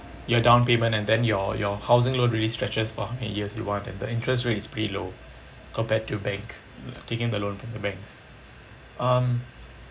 your down payment and then your your housing loan really stretches for how many years you want and the interest rate is pretty low compared to bank taking the loan from the banks um